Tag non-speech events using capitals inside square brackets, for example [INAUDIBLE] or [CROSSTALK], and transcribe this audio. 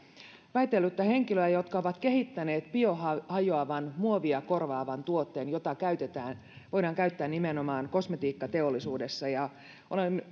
väitellyttä henkilöä jotka ovat kehittäneet biohajoavan muovia korvaavan tuotteen jota voidaan käyttää nimenomaan kosmetiikkateollisuudessa olen [UNINTELLIGIBLE]